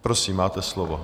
Prosím, máte slovo.